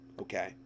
okay